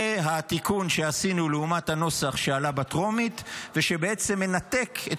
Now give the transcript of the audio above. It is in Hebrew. זה התיקון שעשינו לעומת הנוסח שעלה בטרומית ושבעצם מנתק את